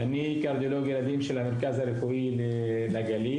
ואני קרדיולוג ילדים של המרכז הרפואי לגליל.